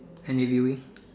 any viewing